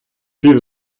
пів